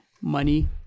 money